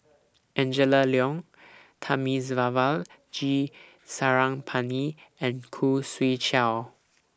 Angela Liong Thamizhavel G Sarangapani and Khoo Swee Chiow